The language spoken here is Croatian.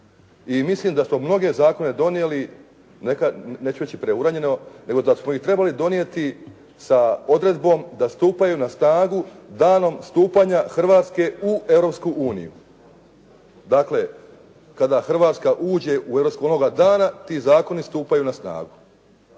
mislim da smo mnoge zakone donijeli, neću reći preuranjeno, nego da smo ih trebali donijeti sa odredbom da stupaju na snagu danom stupanja Hrvatske u Europsku uniju. Dakle, kada Hrvatska uđe u Europsku uniju, onoga dana ti zakoni stupaju na snagu.